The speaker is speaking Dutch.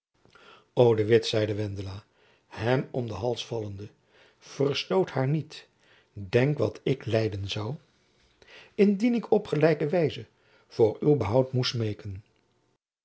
de witt zeide wendela hem om den hals vallende verstoot haar niet denk wat ik lijden zoû indien ik op gelijke wijze voor uw behoud moest smeeken